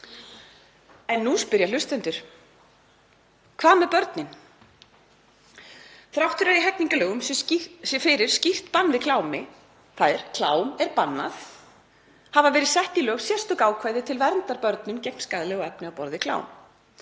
En nú spyrja hlustendur: Hvað með börnin? Þrátt fyrir að í hegningarlögum sé fyrir skýrt bann við klámi, þ.e. klám er bannað, hafa verið sett í lög sérstök ákvæði til verndar börnum gegn skaðlegu efni á borð við klám.